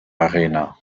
arena